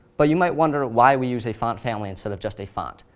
but you might wonder why we use a font family instead of just a font,